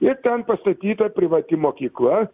ir ten pastatyta privati mokykla